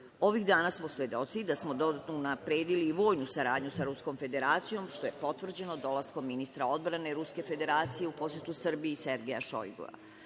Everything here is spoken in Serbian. Ovih dana smo svedoci da smo dodatno unapredili i vojnu saradnju sa Ruskom Federacijom, što je potvrđeno dolaskom ministra odbrane Ruske Federacije u posetu Srbiji, Sergeja Šojgua.